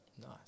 Nice